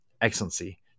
Excellency